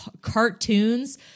cartoons